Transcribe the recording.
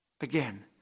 Again